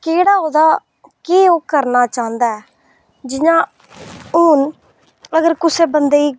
केह्ड़ा ओह्दा केह् करना चाहंदा ऐ जि'यां हून कुसै बंदे गी